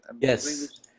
Yes